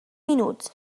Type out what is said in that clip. minuts